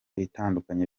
itandukanye